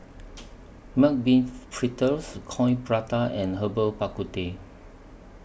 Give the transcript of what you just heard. Mung Bean Fritters Coin Prata and Herbal Bak Ku Teh